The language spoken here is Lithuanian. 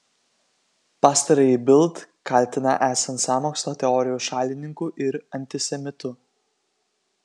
pastarąjį bild kaltina esant sąmokslo teorijų šalininku ir antisemitu